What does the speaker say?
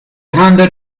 handed